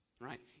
right